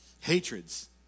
Hatreds